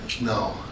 No